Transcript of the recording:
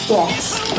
Yes